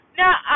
now